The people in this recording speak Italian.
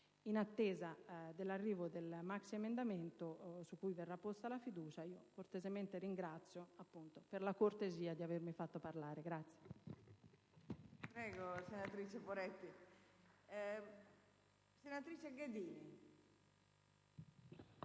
In attesa dell'arrivo del maxiemendamento su cui verrà posta la fiducia, cortesemente ringrazio per la cortesia di avermi fatto parlare.